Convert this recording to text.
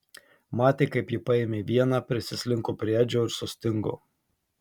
matė kaip ji paėmė vieną prisislinko prie edžio ir sustingo